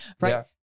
right